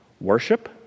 Worship